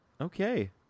Okay